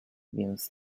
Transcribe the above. więc